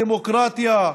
דמוקרטיה,